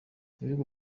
ibihugu